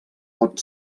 pot